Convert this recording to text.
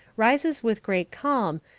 rises with great calm,